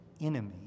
enemy